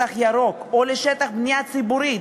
לשטח ירוק או לבנייה ציבורית,